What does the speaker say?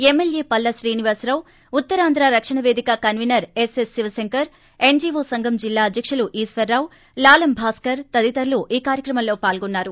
MLA Palla Srinivasarao Uttarandhra రక్షణ పేదిక convener S S Siva Shankar N G O సంఘం జిల్లా అధ్యకుడు ఈశ్వరరావు లాలం భాస్కర్ తదితరులు కార్యక్రమంలో పాల్గొన్నారు